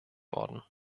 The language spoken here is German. worden